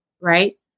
right